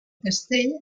castell